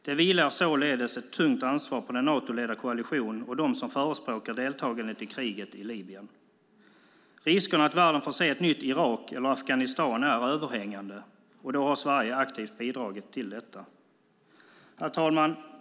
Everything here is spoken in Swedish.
Det vilar således ett tungt ansvar på den Natoledda koalitionen och de som förespråkar deltagandet i kriget i Libyen. Riskerna att världen får se ett nytt Irak eller Afghanistan är överhängande, och då har Sverige aktivt bidragit till detta. Herr talman!